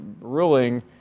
ruling